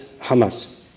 Hamas